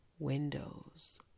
windows